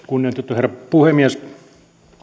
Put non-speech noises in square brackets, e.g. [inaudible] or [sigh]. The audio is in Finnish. [unintelligible] kunnioitettu herra puhemies